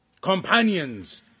companions